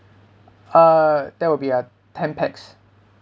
uh there will be uh ten pax